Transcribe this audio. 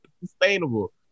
sustainable